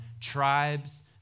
tribes